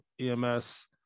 ems